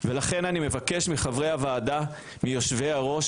אני יכול היום להיות מאוד ביקורתי כלפי עצמנו מה לא ראינו אז.